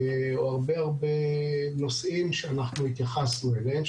הרבה הרבה נושאים שאנחנו התייחסנו אליהם,